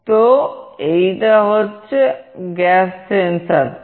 তো এইটা হচ্ছে গ্যাস সেন্সর টা